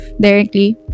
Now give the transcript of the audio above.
directly